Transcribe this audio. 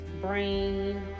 brain